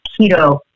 keto